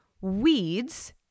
weeds